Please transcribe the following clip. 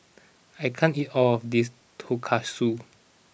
I can't eat all of this Tonkatsu